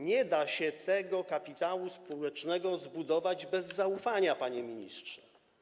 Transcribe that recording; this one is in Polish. Nie da się tego kapitału społecznego zbudować bez zaufania, panie ministrze.